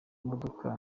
modoka